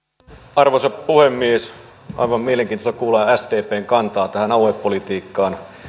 arvoisa puhemies on aivan mielenkiintoista kuulla sdpn kantaa tähän aluepolitiikkaan